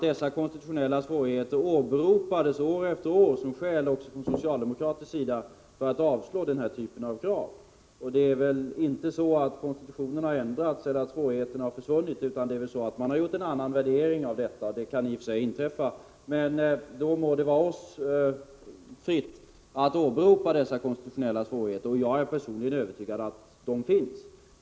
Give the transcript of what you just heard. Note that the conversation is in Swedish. Dessa konstitutionella svårigheter åberopades år efter år också från socialdemokratisk sida som skäl för att avslå den här typen av krav. Det är väl inte så att konstitutionen har ändrats eller att svårigheterna har försvunnit, utan man har helt enkelt gjort en annan värdering. Sådant kan i och för sig inträffa. Då må emellertid vara oss fritt att åberopa dessa konstitutionella svårigheter. Jag är personligen övertygad om att de finns.